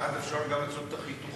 ואז אפשר גם לעשות את החיתוכים?